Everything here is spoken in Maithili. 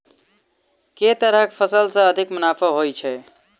केँ तरहक फसल सऽ अधिक मुनाफा होइ छै?